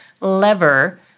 lever